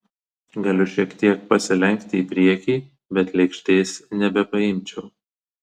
galiu šiek tiek pasilenkti į priekį bet lėkštės nebepaimčiau